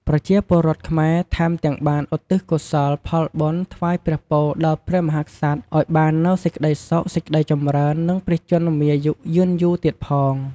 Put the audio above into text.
ប្រជាពលរដ្ឋខ្មែរថែមទាំងបាន ឧទ្ទិសកុសលផលបុណ្យថ្វាយព្រះពរដល់ព្រះមហាក្សត្រឲ្យបាននូវសេចក្ដីសុខ សេចក្ដីចម្រើន និងព្រះជន្មាយុយឺនយូរទៀតផង។